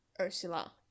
Ursula